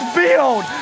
build